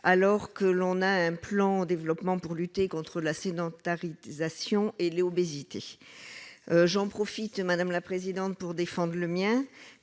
alors que l'on a un plan développement pour lutter contre la sédentarisation et l'obésité, j'en profite, madame la présidente, pour défendre le mien